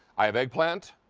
i have eggplant,